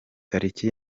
tariki